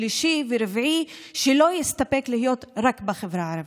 שלישי ורביעי שלא יסתפקו רק בחברה הערבית.